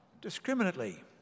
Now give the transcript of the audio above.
discriminately